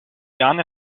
jahren